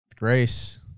Grace